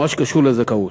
במה שקשור לזכאות.